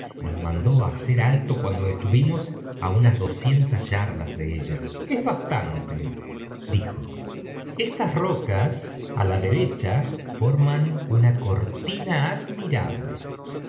nos mandó liacer alto cuando estuvimos á unas doscientas yardas de ella bastante dijo estas rocas á la derecha íorman una cortina admirable